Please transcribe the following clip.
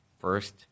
first